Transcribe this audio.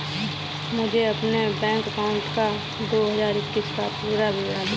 मुझे अपने bank account का दो हज़ार इक्कीस का पूरा विवरण दिखाएँ?